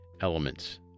elements